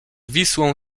wisłą